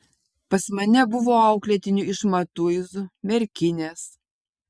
pas mane buvo auklėtinių iš matuizų merkinės